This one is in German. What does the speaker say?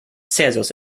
celsius